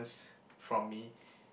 from me